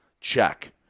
Check